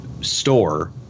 store